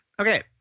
Okay